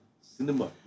cinema